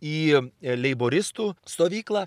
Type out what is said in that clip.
į leiboristų stovyklą